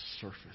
surface